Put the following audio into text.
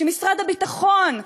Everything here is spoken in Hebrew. שמשרד הביטחון,